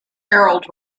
harold